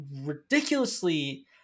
ridiculously